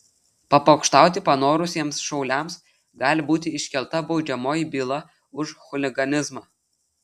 papokštauti panorusiems šauliams gali būti iškelta baudžiamoji byla už chuliganizmą